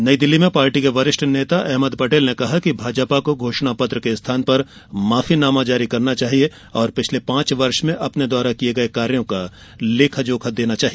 नई दिल्ली में पार्टी के वरिष्ठ नेता अहमद पटेल ने कहा कि भाजपा को घोषणापत्र के स्थान पर माफीनामा जारी करना चाहिए और पिछले पांच वर्ष में अपने द्वारा किए गए कार्यों का लेखा जोखा देना चाहिए